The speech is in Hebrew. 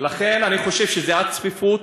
לכן אני חושב שזה הצפיפות,